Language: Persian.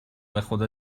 بخدا